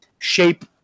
shape